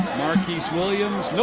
marquis williams,